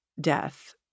death